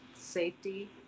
safety